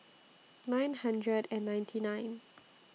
nine hundred and ninety nine